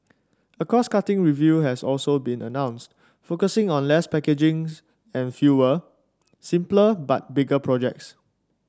a cost cutting review has also been announced focusing on less packaging and fewer simpler but bigger projects